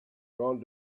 gone